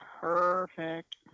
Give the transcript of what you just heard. Perfect